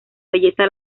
belleza